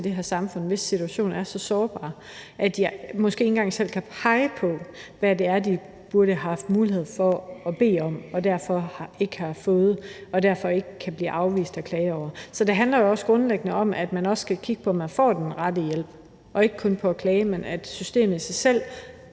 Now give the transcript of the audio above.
i det her samfund, hvis situation er så sårbar, at de måske ikke engang selv kan pege på, hvad det er, de burde have haft mulighed for at bede om. De har ikke søgt om det, og derfor kan de ikke klage over ikke at have fået det. Så det handler jo også grundlæggende om, at man skal kigge på, om man får den rette hjælp, og ikke kun på at klage. Systemet i sig selv